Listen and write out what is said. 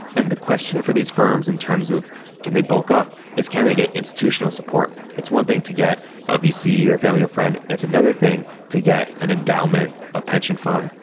and the question for these firms in terms of can they bulk up, is can they get institutional support? it's one thing to get a vc, a family, a friend. it's another thing to get an endowment, a pension fund,